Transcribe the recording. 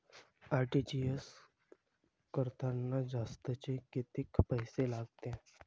RTGS करतांनी जास्तचे कितीक पैसे लागते?